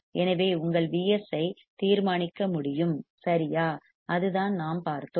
எனவே உங்கள் Vs ஐ தீர்மானிக்க முடியும் சரியா அதுதான் நாம் பார்த்தோம்